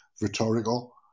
rhetorical